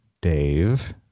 Dave